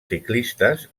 ciclistes